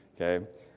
okay